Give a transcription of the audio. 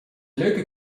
leuke